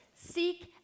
Seek